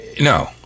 no